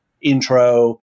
intro